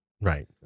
Right